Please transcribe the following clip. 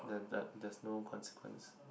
there there's no consequence